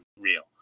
real